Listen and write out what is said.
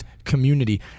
Community